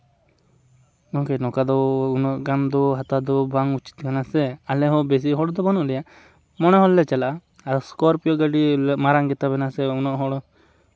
ᱠᱤᱱᱛᱩ ᱱᱚᱝᱠᱟ ᱫᱚ ᱩᱱᱟᱹᱜ ᱜᱟᱱ ᱫᱚ ᱦᱟᱛᱟᱣ ᱫᱚ ᱵᱟᱝ ᱩᱪᱤᱛ ᱠᱟᱱᱟ ᱥᱮ ᱟᱞᱮ ᱦᱚᱸ ᱵᱮᱥᱤ ᱦᱚᱲ ᱫᱚ ᱵᱟᱹᱱᱩᱜ ᱞᱮᱭᱟ ᱢᱚᱬᱮ ᱦᱚᱲ ᱞᱮ ᱪᱟᱞᱟᱜᱼᱟ ᱟᱨ ᱥᱠᱚᱨᱯᱤᱭᱚ ᱜᱟᱹᱰᱤ ᱢᱟᱨᱟᱝ ᱜᱮᱛᱟ ᱵᱮᱱᱟ ᱥᱮ ᱩᱱᱟᱹᱜ ᱦᱚᱲ